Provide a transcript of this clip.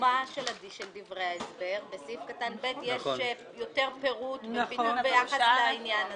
בהשלמה של דברי ההסבר בסעיף קטן (ב) יש יותר פירוט ביחס לעניין הזה.